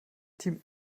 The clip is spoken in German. team